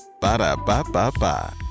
Ba-da-ba-ba-ba